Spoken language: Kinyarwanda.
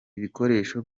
ibikoresho